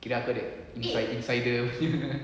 kira aku ada inside insider punya